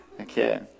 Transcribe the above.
Okay